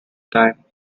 time